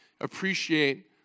appreciate